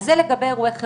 זה לגבי אירועי חירום.